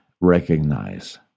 recognize